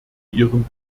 ihrem